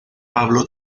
pablo